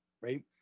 right